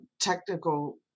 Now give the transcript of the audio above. technical